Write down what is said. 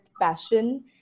passion